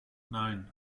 nein